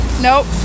Nope